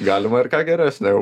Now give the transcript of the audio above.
galima ir ką geresnio jau